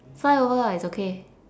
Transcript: fly over ah it's okay